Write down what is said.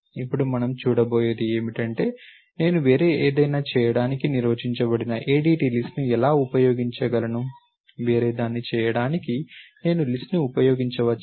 ఇప్పుడు మనం చూడబోయేది ఏమిటంటే నేను వేరే ఏదైనా చేయడానికి నిర్వచించబడిన ADT లిస్ట్ ను ఎలా ఉపయోగించగలను వేరేదాన్ని చేయడానికి నేను లిస్ట్ ను ఉపయోగించవచ్చా